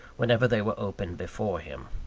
whenever they were opened before him.